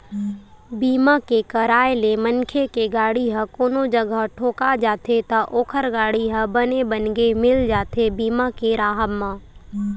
बीमा के कराय ले मनखे के गाड़ी ह कोनो जघा ठोका जाथे त ओखर गाड़ी ह बने बनगे मिल जाथे बीमा के राहब म